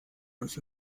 uns